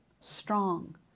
strong